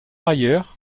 ailleurs